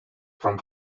from